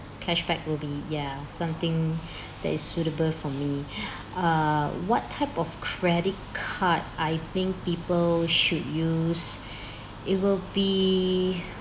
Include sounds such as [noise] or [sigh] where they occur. cashback will be ya something that is suitable for me [breath] err what type of credit card I think people should use it will be